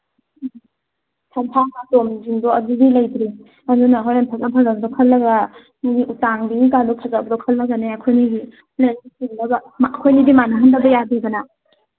ꯁꯝꯐꯥꯒ ꯑꯗꯨꯗꯤ ꯂꯩꯇ꯭ꯔꯤ ꯑꯗꯨꯅ ꯍꯣꯔꯦꯟ ꯐꯖ ꯐꯖꯕꯗꯣ ꯈꯜꯂꯒ ꯃꯈꯣꯏꯒꯤ ꯎꯇꯥꯡꯕꯤꯒꯗꯣ ꯐꯖꯕꯗꯣ ꯈꯜꯂꯒꯅꯦ ꯑꯩꯈꯣꯏ ꯑꯅꯤꯒꯤ ꯂꯩ ꯆꯤꯟꯅꯕ ꯑꯩꯈꯣꯏꯅꯤꯗꯤ ꯃꯥꯟꯅꯍꯟꯗꯕ ꯌꯥꯗꯦꯗꯅ